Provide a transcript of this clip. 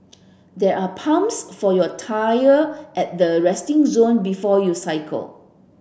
there are pumps for your tyre at the resting zone before you cycle